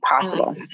Possible